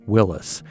Willis